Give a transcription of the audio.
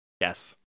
Yes